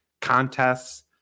contests